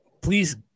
please